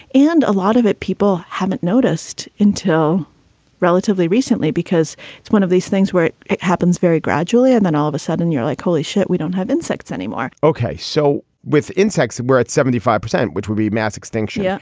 and a lot of it people haven't noticed until relatively recently, because it's one of these things where it it happens very gradually. and then all of a sudden you're like, holy shit, we don't have insects anymore ok. so with insects, we're at seventy five percent, which would be mass extinction. yeah